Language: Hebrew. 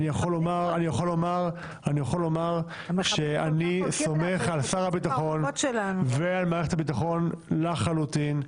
אני יכול לומר שאני סומך על שר הביטחון ועל מערכת הביטחון לחלוטין,